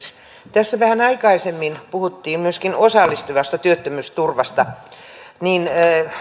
tässä vähän aikaisemmin puhuttiin myöskin osallistavasta työttömyysturvasta